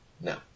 No